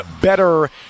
better